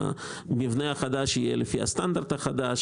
זה שהמבנה החדש יהיה לפי הסטנדרט החדש,